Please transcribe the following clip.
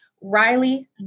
Riley